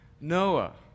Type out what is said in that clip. Noah